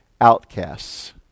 outcasts